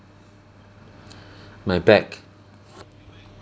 my back